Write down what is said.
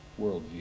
worldview